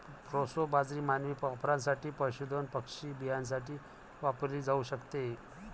proso बाजरी मानवी वापरासाठी, पशुधन पक्षी बियाण्यासाठी वापरली जाऊ शकते